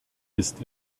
ist